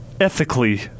ethically